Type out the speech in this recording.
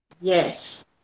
Yes